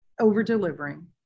over-delivering